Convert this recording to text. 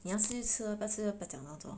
你要吃就吃 lor 不要吃就不要讲这么多